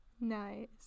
Nice